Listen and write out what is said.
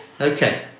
Okay